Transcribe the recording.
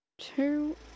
two